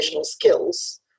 skills